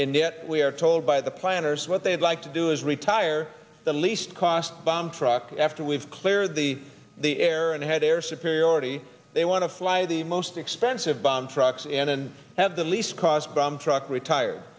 and yet we are told by the planners what they'd like to do is retire the least cost bomb truck after we've cleared the the air and had air superiority they want to fly the most expensive bomb trucks and then have the least cost from truck retire